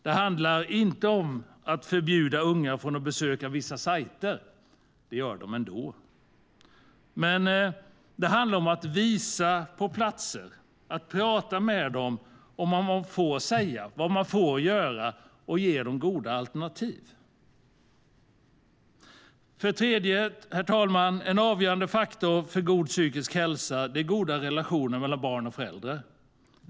Det handlar inte om att förbjuda unga att besöka vissa sajter - det gör de ändå - utan det handlar om att visa på platser, att prata med dem om vad man får säga och vad man får göra och att ge dem goda alternativ. Herr talman! En avgörande faktor för en god psykisk hälsa är goda relationer mellan barn och föräldrar.